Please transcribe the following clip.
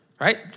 right